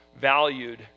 valued